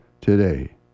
today